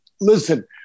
listen